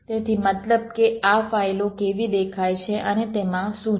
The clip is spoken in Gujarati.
તેથી મતલબ કે આ ફાઇલો કેવી દેખાય છે અને તેમાં શું છે